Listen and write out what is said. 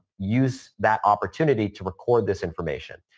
use that opportunity to record this information.